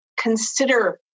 consider